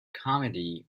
comedy